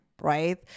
right